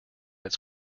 its